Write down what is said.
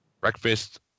breakfast